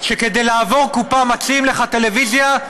שכדי לעבור קופה מציעים לך טלוויזיה.